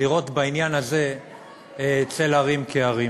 לראות בעניין הזה צל הרים כהרים.